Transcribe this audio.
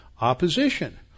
opposition